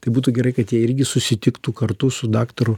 tai būtų gerai kad jie irgi susitiktų kartu su daktaru